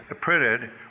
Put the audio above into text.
printed